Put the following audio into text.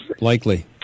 likely